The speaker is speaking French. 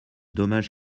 dommage